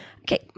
okay